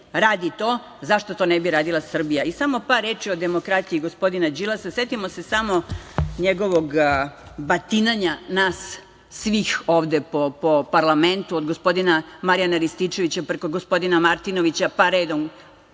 radi to, zašto to ne bi radila i Srbija. Samo par reči o demokratiji gospodina Đilasa. Setimo se samo njegovog batinanja nas svih ovde po parlamentu od gospodina Marijana Rističevića, preko gospodina Martinovića, pa redom,